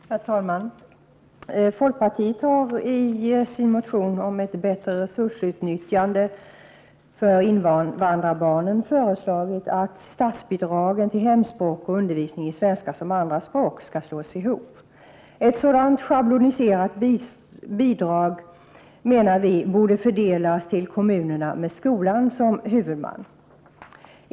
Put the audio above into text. Herr talman! Folkpartiet har i sin motion om ett bättre resursutnyttjande för invandrarbarnen föreslagit att statsbidragen till hemspråk och undervisning i svenska som andraspråk skall slås ihop. Ett sådant schabloniserat bidrag borde fördelas till kommunerna med skolan som huvudman.